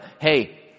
hey